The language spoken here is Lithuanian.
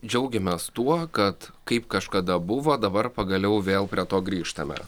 džiaugiamės tuo kad kaip kažkada buvo dabar pagaliau vėl prie to grįžtame